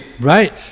right